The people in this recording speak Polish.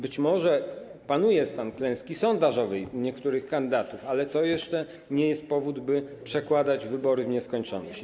Być może panuje stan klęski sondażowej w przypadku niektórych kandydatów, ale to jeszcze nie jest powód, by przekładać wybory w nieskończoność.